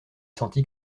senti